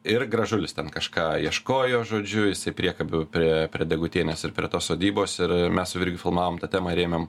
ir gražulis ten kažką ieškojo žodžiu jisai priekabių prie prie degutienės ir prie tos sodybos ir ir mes su virgiu filmavom tą temą ir ėmėm